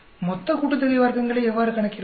மொத்த கூட்டுத்தொகை வர்க்கங்களை எவ்வாறு கணக்கிடுவது